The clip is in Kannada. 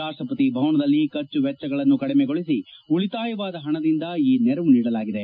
ರಾಡ್ಡ ಪತಿ ಭವನದಲ್ಲಿ ಖರ್ಚು ವೆಚ್ಚಗಳನ್ನು ಕಡಿಮೆಗೊಳಿಸಿ ಉಳಿತಾಯವಾದ ಹಣದಿಂದ ಈ ನೆರವು ನೀಡಲಾಗಿದೆ